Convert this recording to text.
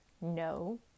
No